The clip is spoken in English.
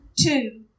two